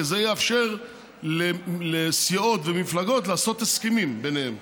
כי זה יאפשר לסיעות ומפלגות לעשות הסכמים ביניהן: